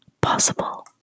possible